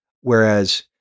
whereas